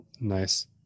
Nice